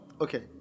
okay